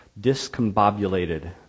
discombobulated